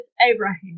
Abraham